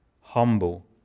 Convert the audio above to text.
humble